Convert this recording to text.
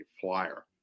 flyer